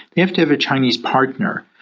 they have to have a chinese partner.